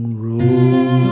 road